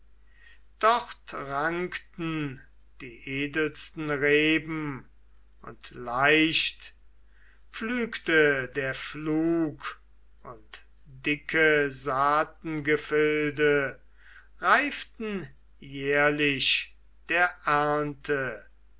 dort rankten die edelsten reben und leicht pflügte der pflug und dicke saatengefilde reiften jährlich der ernte